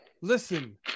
Listen